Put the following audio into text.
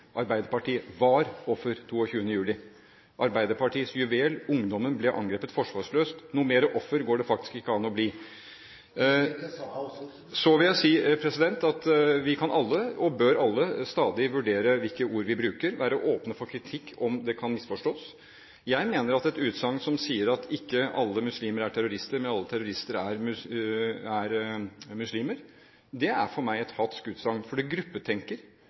Arbeiderpartiet var offer 22. juli. Arbeiderpartiets juvel, ungdommen, ble angrepet forsvarsløst. Mer offer går det faktisk ikke an å bli. President, det sa jeg også. Så vil jeg si at vi kan alle – og bør alle – stadig vurdere hvilke ord vi bruker, og være åpne for kritikk om det kan misforstås. Et utsagn som sier at ikke alle muslimer er terrorister, men alle terrorister er muslimer, er for meg et